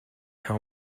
how